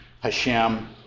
Hashem